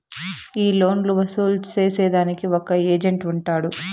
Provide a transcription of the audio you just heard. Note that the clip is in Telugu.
ఈ లోన్లు వసూలు సేసేదానికి ఒక ఏజెంట్ ఉంటాడు